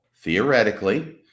theoretically